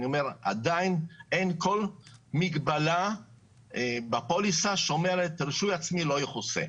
עדין אין כל מגבלה בפוליסה שאומרת שרישוי עצמי לא יכוסה.